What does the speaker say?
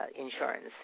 insurance